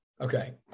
Okay